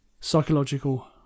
psychological